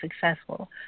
successful